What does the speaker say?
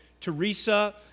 Teresa